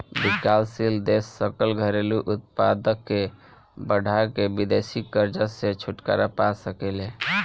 विकासशील देश सकल घरेलू उत्पाद के बढ़ा के विदेशी कर्जा से छुटकारा पा सके ले